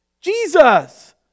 Jesus